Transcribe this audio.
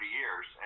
years